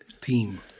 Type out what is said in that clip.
theme